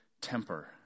temper